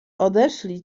odeszli